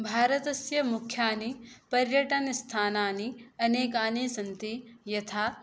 भारतस्य मुख्यानि पर्यटनस्थानानि अनेकानि सन्ति यथा